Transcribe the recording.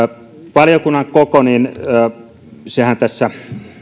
valiokunnan koko sehän tässä